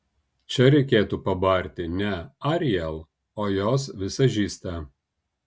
čia reikėtų pabarti ne ariel o jos vizažistę